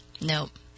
Nope